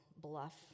bluff